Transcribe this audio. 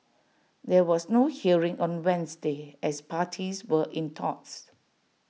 there was no hearing on Wednesday as parties were in talks